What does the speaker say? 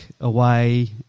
away